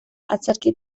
antzerki